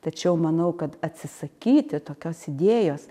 tačiau manau kad atsisakyti tokios idėjos